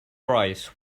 rice